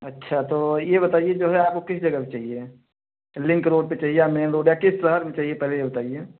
अच्छा तो यह बताइए जो है आपको किस जगह पर चाहिए रिंग रोड पर चाहिए या मेन रोड या किस शहर में चाहिए पहले यह बताइए